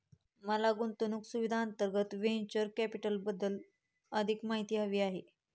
मला गुंतवणूक सुविधांअंतर्गत व्हेंचर कॅपिटलबद्दल अधिक माहिती हवी आहे